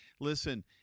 Listen